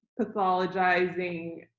pathologizing